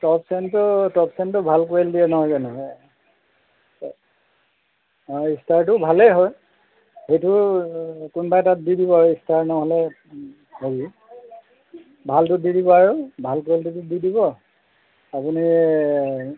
top চেমটো top চেমটো ভাল কোৱালিটিয়েই নহয় জানো অঁ অঁ এই ষ্টাৰটো ভালেই হয় সেইটো কোনোবা এটাত দি দিব আৰু ষ্টাৰ নহ'লে হেৰি ভালটো দি দিব আৰু ভাল কোৱালিটিটো দি দিব আপুনি